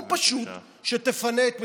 או פשוט, שתפנה את מקומך.